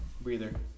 breather